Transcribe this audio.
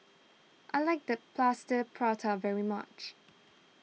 I like the Plaster Prata very much